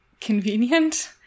convenient